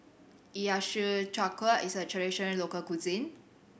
Hiyashi Chuka is a traditional local cuisine